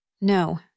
No